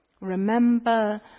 Remember